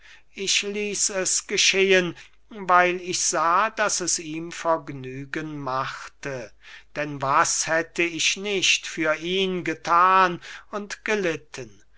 ich ließ es geschehen weil ich sah daß es ihm vergnügen machte denn was hätte ich nicht für ihn gethan und gelitten